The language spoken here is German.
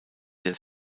der